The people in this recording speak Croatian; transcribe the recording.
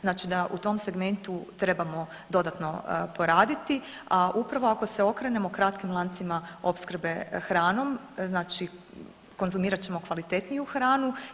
Znači da u tom segmentu trebamo dodatno poraditi, a upravo ako se okrenemo kratkim lancima opskrbe hranom, znači konzumirat ćemo kvalitetniju hranu.